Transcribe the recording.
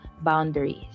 boundaries